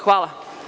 Hvala.